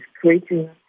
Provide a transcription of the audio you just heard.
creating